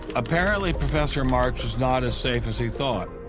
apparently professor marks was not as safe as he thought.